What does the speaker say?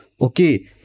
okay